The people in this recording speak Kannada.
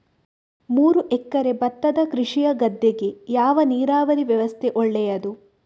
ಮೂರು ಎಕರೆ ಭತ್ತದ ಕೃಷಿಯ ಗದ್ದೆಗೆ ಯಾವ ನೀರಾವರಿ ವ್ಯವಸ್ಥೆ ಒಳ್ಳೆಯದು?